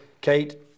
Kate –